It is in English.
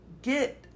get